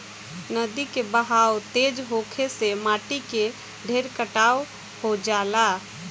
नदी के बहाव तेज होखे से माटी के ढेर कटाव हो जाला